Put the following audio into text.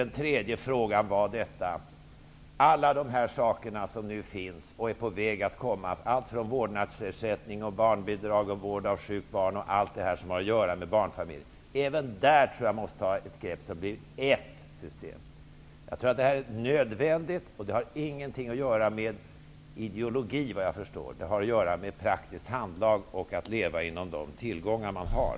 Den tredje frågan gällde detta: Alla de här sakerna som finns och är på väg att komma, som vårdnadsersättning, barnbidrag, bidrag till vård av sjukt barn och allt som har att göra med barnfamiljerna -- även där måste man ta ett grepp och göra ett enda system. Jag tror att detta är nödvändigt. Det har ingenting med ideologi att göra, vad jag förstår. Det har att göra med praktiskt handlag och att leva inom de tillgångar man har.